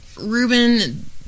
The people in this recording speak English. Reuben